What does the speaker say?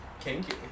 Kinky